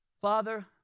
Father